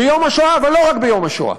ביום השואה אבל לא רק ביום השואה,